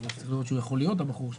צריך להיות שהוא יכול להיות הבחור שם,